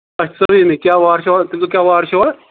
اچھا کیٛاہ وار چھِ یِوان تَمہِ دۄہ کیٛاہ وار چھِ یِوان